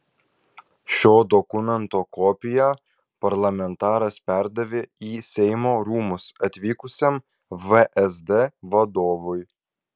šio dokumento kopiją parlamentaras perdavė į seimo rūmus atvykusiam vsd vadovui